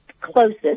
closest